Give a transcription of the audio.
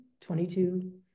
22